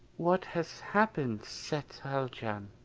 what has happened, set haljan?